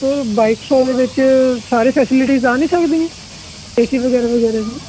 sir ਬਾਈ ਕੁ ਸੌ ਦੇ ਵਿੱਚ ਸਾਰੇ ਫੈਸਲਿਟੀਜ਼ ਆ ਨਹੀਂ ਸਕਦੀਆਂ ਏ ਸੀ ਵਗੈਰਾ ਵਗੈਰਾ ਜੀ